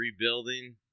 rebuilding